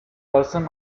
version